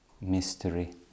mystery